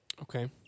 Okay